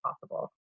possible